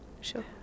Sure